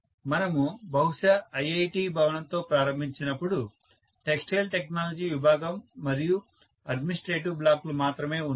మనము బహుశా IIT భవనంతో ప్రారంభించినప్పుడు టెక్స్టైల్ టెక్నాలజీ విభాగం మరియు అడ్మినిస్ట్రేటివ్ బ్లాక్లు మాత్రమే ఉన్నాయి